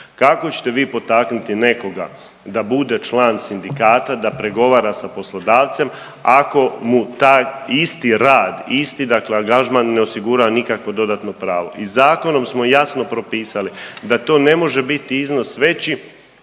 Kako ćete vi potaknuti nekoga da bude član sindikata, da pregovara sa poslodavcem, ako mu taj isti rad, isti dakle angažman ne osigura nikakvo dodatno pravo. I zakonom smo jasno propisali da to ne može biti iznos veći